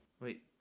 Wait